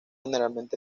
generalmente